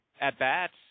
at-bats